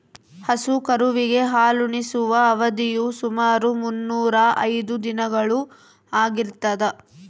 ಹಸು ಕರುವಿಗೆ ಹಾಲುಣಿಸುವ ಅವಧಿಯು ಸುಮಾರು ಮುನ್ನೂರಾ ಐದು ದಿನಗಳು ಆಗಿರ್ತದ